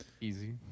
easy